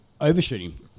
overshooting